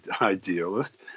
idealist